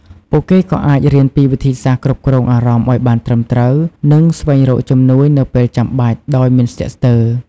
ពួកគេក៏អាចរៀនពីវិធីសាស្ត្រគ្រប់គ្រងអារម្មណ៍ឱ្យបានត្រឹមត្រូវនិងស្វែងរកជំនួយនៅពេលចាំបាច់ដោយមិនស្ទាក់ស្ទើរ។